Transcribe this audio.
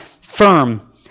firm